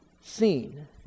seen